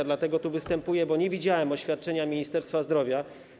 I dlatego tu występuję, bo nie widziałem oświadczenia Ministerstwa Zdrowia.